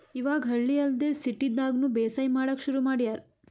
ಇವಾಗ್ ಹಳ್ಳಿ ಅಲ್ದೆ ಸಿಟಿದಾಗ್ನು ಬೇಸಾಯ್ ಮಾಡಕ್ಕ್ ಶುರು ಮಾಡ್ಯಾರ್